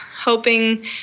hoping